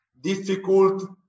difficult